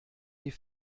die